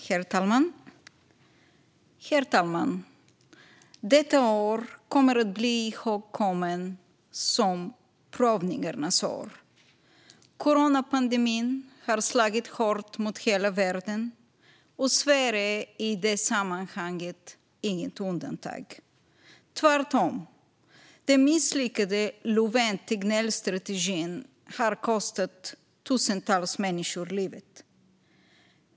Herr talman! Detta år kommer att bli ihågkommet som prövningarnas år. Coronapandemin har slagit hårt mot hela världen, och Sverige är i det sammanhanget inget undantag. Tvärtom, den misslyckade Löfven-Tegnell-strategin har kostat tusentals människor livet.